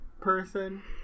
person